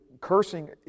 cursing